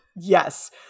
Yes